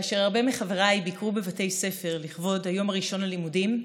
כאשר הרבה מחבריי ביקרו בבתי ספר לכבוד היום הראשון הלימודים,